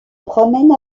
promène